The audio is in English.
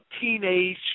teenage